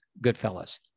Goodfellas